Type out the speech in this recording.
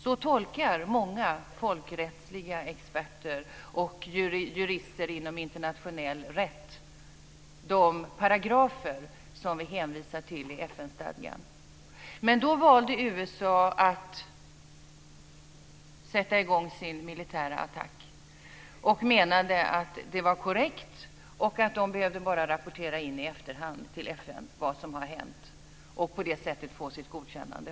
Så tolkar många folkrättsliga experter och jurister inom internationell rätt de paragrafer som vi hänvisar till i FN-stadgan. Men då valde USA att sätta i gång sin militära attack och menade att det var korrekt och att man bara behövde rapportera i efterhand till FN vad som har hänt och på det sättet få sitt godkännande.